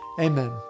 Amen